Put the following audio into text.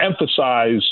emphasize